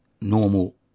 normal